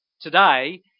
today